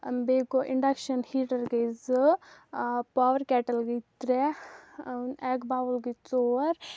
بیٚیہِ گوٚو induction heater گٔے زٕ پاوَر کٮ۪ٹٕل گٔے ترٛےٚ اٮ۪گ باوُل گٔے ژور